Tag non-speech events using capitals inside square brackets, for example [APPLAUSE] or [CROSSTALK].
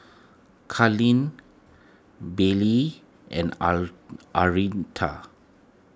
Carleen Billye and [UNINTELLIGIBLE] Aretha